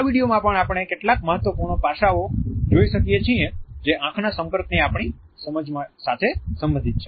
આ વીડિયોમાં પણ આપણે કેટલાક મહત્વપૂર્ણ પાસાંઓ જોઈ શકીએ છીએ જે આંખના સંપર્કની આપણી સમજ સાથે સંબંધિત છે